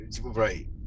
Right